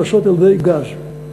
להיעשות על-ידי גז.